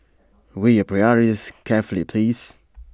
weigh your priorities carefully please